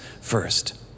first